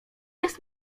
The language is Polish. jest